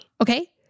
Okay